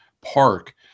park